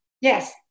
yes